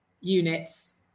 units